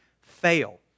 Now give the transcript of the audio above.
fail